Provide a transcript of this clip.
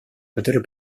которую